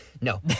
No